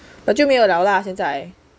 but 就没有了啦现在